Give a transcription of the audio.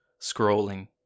scrolling